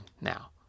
now